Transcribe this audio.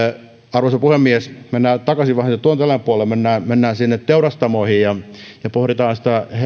arvoisa puhemies mennään vähän takaisin tuotantoeläinpuolelle mennään mennään sinne teurastamoihin ja pohditaan